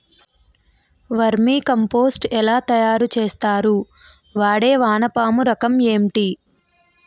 Vermi compost ఎలా తయారు చేస్తారు? వాడే వానపము రకం ఏంటి?